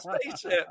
spaceship